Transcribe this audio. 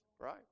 Right